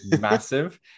massive